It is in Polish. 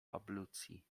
ablucji